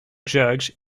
judge